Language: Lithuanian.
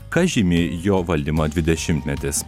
kas žymi jo valdymo dvidešimtmetis